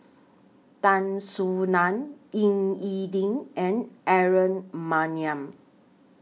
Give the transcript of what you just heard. Tan Soo NAN Ying E Ding and Aaron Maniam